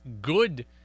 good